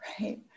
Right